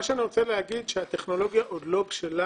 מה שאני רוצה לומר זה שהטכנולוגיה עוד לא בשלה